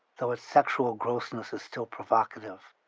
though its sexual grossness is still provocative.